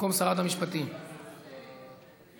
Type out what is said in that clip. (תיקון